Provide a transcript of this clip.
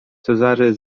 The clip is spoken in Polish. cezary